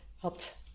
helped